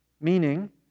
meaning